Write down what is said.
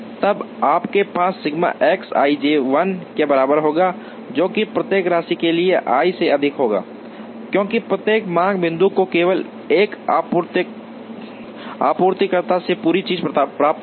तब आपके पास सिग्मा X ij 1 के बराबर होगा जो कि प्रत्येक राशि के लिए i से अधिक होगा क्योंकि प्रत्येक मांग बिंदु को केवल एक आपूर्तिकर्ता से पूरी चीज प्राप्त होगी